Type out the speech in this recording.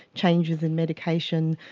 changes in medication,